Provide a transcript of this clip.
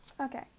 okay